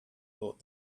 thought